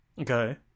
Okay